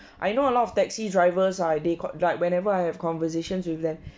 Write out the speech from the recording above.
I know a lot of taxi drivers ah they got like whenever I have conversations with them